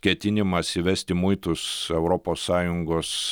ketinimas įvesti muitus europos sąjungos